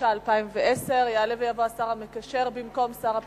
התש"ע 2010. יעלה ויבוא השר המקשר במקום שר הפנים.